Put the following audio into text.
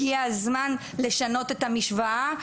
הגיע הזמן לשנות את המשוואה,